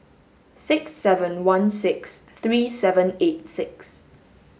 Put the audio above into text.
six seven one six three seven eight six